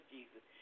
Jesus